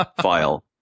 file